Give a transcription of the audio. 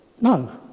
No